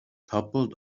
toppled